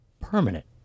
permanent